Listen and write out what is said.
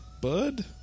Bud